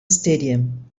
stadium